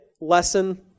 lesson